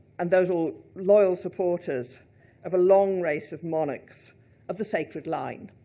and those are loyal supporters of a long race of monarchs of the sacred line.